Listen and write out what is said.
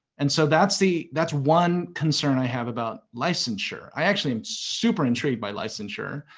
and so that's the that's one concern i have about licensure. i actually am super intrigued by licensure.